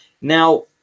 Now